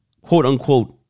quote-unquote